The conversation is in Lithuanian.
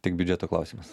tik biudžeto klausimas